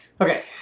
okay